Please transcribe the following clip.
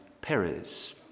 Perez